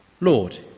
Lord